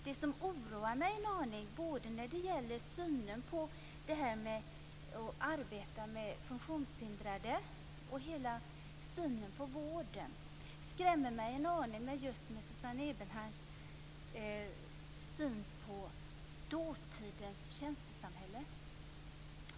Det som oroar mig en aning, både när det gäller synen på att arbeta med funktionshindrade och hela synen på vården, är Susanne Eberstein syn på dåtidens tjänstesamhälle.